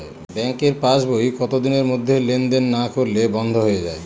ব্যাঙ্কের পাস বই কত দিনের মধ্যে লেন দেন না করলে বন্ধ হয়ে য়ায়?